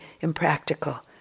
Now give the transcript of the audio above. impractical